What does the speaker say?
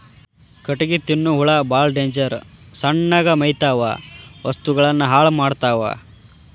ಕಟಗಿ ತಿನ್ನು ಹುಳಾ ಬಾಳ ಡೇಂಜರ್ ಸಣ್ಣಗ ಮೇಯತಾವ ವಸ್ತುಗಳನ್ನ ಹಾಳ ಮಾಡತಾವ